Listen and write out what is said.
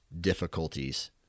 difficulties